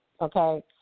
okay